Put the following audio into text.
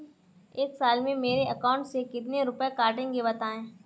एक साल में मेरे अकाउंट से कितने रुपये कटेंगे बताएँ?